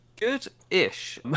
Good-ish